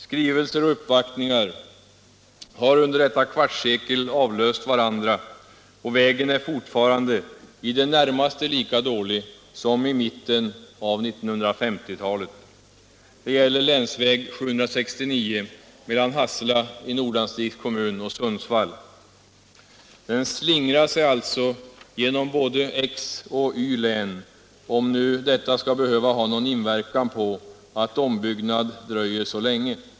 Skrivelser och uppvaktningar har under detta kvartssekel avlöst varandra, men vägen är fortfarande i det närmaste lika dålig som i mitten på 1950 talet. Det gäller länsväg 769 mellan Hassela i Nordanstigs kommun och Sundsvall. Den slingrar sig alltså genom både X och Y-län, om nu detta skall behöva ha någon inverkan på att en ombyggnad dröjer så länge.